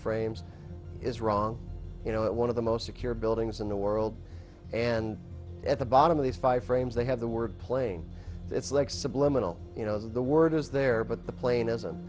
frames is wrong you know it one of the most secure buildings in the world and at the bottom of these five frames they have the word playing it's like subliminal you know the word is there but the plane isn't